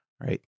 right